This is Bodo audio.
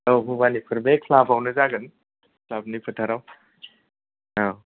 औ भबानिपुर बे ख्लाबावनो जागोन ख्लाबनि फोथाराव औ